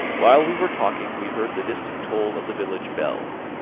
while we were talking we heard the distant toll of the village bell,